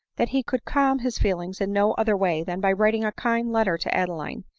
that he could calm his feelings in no other way than by wri ting a kind letter to adeline,